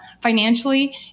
financially